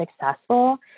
successful